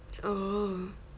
oh